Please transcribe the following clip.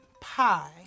pie